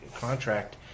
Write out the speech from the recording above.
contract